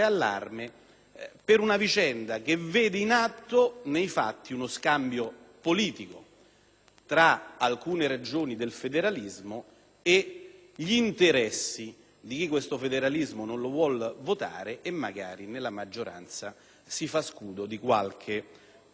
per una vicenda che vede in atto nei fatti uno scambio politico tra alcune ragioni del federalismo e gli interessi di chi questo federalismo non vuole votare e magari nella maggioranza si fa scudo di qualche potere in più